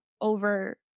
over